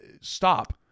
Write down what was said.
stop